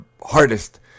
hardest